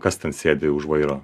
kas ten sėdi už vairo